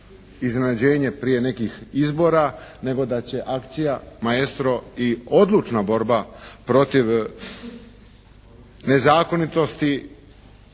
iznenađenje prije nekih izbora, nego da će akcija "Maestro" i odlučna borba protiv nezakonitosti